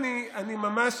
אני ממש,